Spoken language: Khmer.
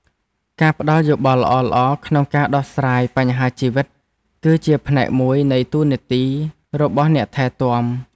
ការផ្តល់យោបល់ល្អៗក្នុងការដោះស្រាយបញ្ហាជីវិត គឺជាផ្នែកមួយនៃតួនាទីរបស់អ្នកថែទាំ។